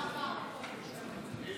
והרי